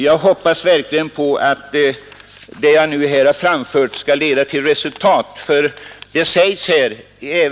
Jag hoppas verkligen att det jag nu framfört skall leda till resultat.